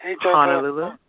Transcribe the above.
Honolulu